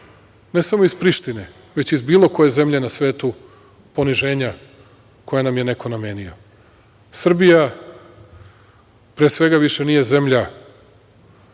ne samo iz Prištine, već i iz bilo koje zemlje na svetu, poniženja koja nam je neko namenio. Srbija, pre svega, više nije zemlja